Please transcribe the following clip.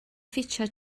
ffitio